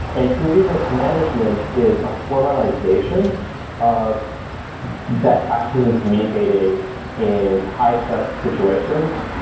and crew resource management is a formalization of best practices and communicating in high-stress situations,